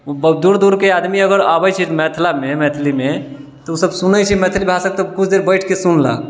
दूर दूरके आदमी अगर आबै छै मिथिलामे मैथिलीमे तऽ ओसब सुनै छै मैथिली भाषा तऽ किछु देर बैठिकऽ सुनलक